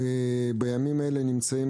בימים האלה אנחנו נמצאים